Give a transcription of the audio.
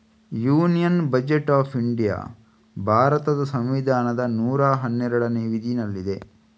union budget of India ಭಾರತದ ಸಂವಿಧಾನದ ನೂರಾ ಹನ್ನೆರಡನೇ ವಿಧಿನಲ್ಲಿದೆ